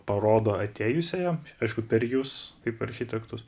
parodo atėjusiajam aišku per jus kaip architektus